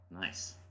Nice